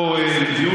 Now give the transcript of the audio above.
או לדיון